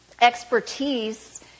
expertise